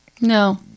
No